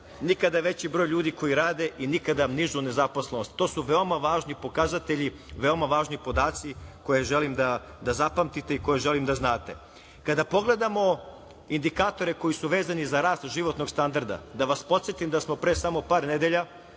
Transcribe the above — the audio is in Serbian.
nikada veći broj ljudi koji rade i nikada nižu nezaposlenost. To su veoma važni pokazatelji, veoma važni podaci koje želim da zapamtite i koje želim da znate. Kada pogledamo indikatore koji su vezani za rast životnog standarda, da vas podsetim da smo pre samo par nedelja